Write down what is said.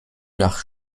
nach